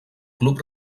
club